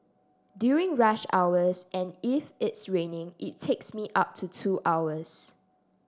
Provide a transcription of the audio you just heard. during rush hours and if it's raining it takes me up to two hours